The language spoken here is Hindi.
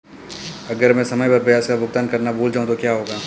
अगर मैं समय पर ब्याज का भुगतान करना भूल जाऊं तो क्या होगा?